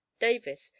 Davis